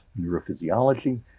neurophysiology